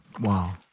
Wow